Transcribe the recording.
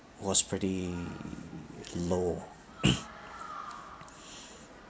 was pretty low